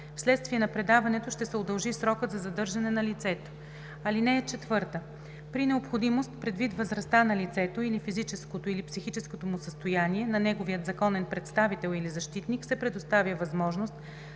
вследствие на предаването ще се удължи срокът за задържане на лицето. (4) При необходимост, предвид възрастта на лицето или физическото, или психическото му състояние, на неговия законен представител или защитник се предоставя възможност